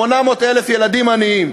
800,000 ילדים עניים.